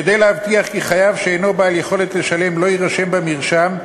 כדי להבטיח כי חייב שאינו בעל יכולת לשלם לא יירשם במרשם,